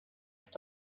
just